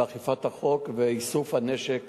אכיפת החוק ואיסוף הנשק